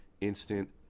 instant